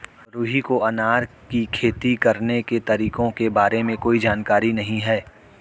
रुहि को अनार की खेती करने के तरीकों के बारे में कोई जानकारी नहीं है